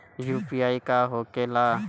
UPI का होके ला?